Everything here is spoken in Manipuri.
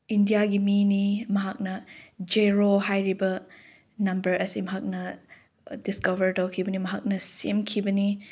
ꯏꯟꯗꯤꯌꯥꯒꯤ ꯃꯤꯅꯤ ꯃꯍꯥꯛꯅ ꯖꯦꯔꯣ ꯍꯥꯏꯔꯤꯕ ꯅꯝꯕꯔ ꯑꯁꯤ ꯃꯍꯥꯛꯅ ꯗꯤꯁꯀꯕꯔ ꯇꯧꯈꯤꯕꯅꯤ ꯃꯍꯥꯛꯅ ꯁꯦꯝꯈꯤꯕꯅꯤ